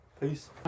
Peace